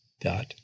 dot